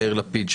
יאיר לפיד,